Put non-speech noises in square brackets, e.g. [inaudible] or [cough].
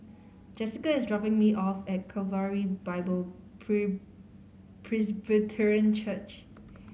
Jessica is dropping me off at Calvary Bible [unintelligible] Presbyterian Church